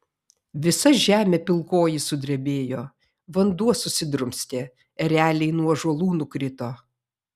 visa žemė pilkoji sudrebėjo vanduo susidrumstė ereliai nuo ąžuolų nukrito